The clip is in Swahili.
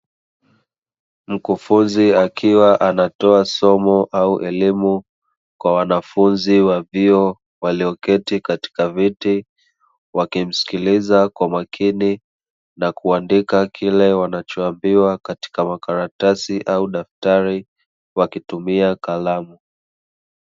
Mkufunzi akiwa anatoa somo au elimu kwa wanafunzi wa vyuo walioketi katika viti, wakimsikiliza kwa makini na kuandika kile wanachoambiwa katika makaratasi au daftari wakitumia kalamu.